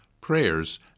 prayers